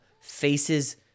faces